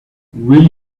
will